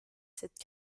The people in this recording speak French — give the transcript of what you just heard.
cette